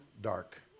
dark